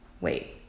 Wait